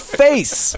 face